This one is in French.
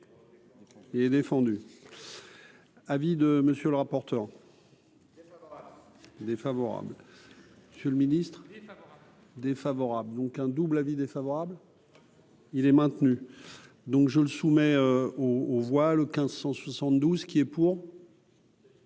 Et est défendu, avis de monsieur le rapporteur défavorable, monsieur le Ministre défavorable, donc un double avis défavorable, il est maintenu. Donc je le soumets au au voile le 1572 qui est pour.